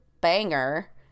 Banger